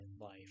life